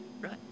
right